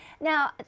Now